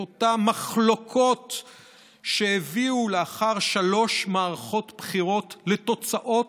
את אותן מחלוקות שהביאו לאחר שלוש מערכות בחירות לתוצאות,